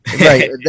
Right